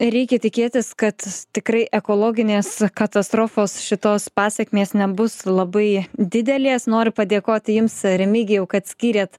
reikia tikėtis kad tikrai ekologinės katastrofos šitos pasekmės nebus labai didelės noriu padėkoti jums remigijau kad skyrėt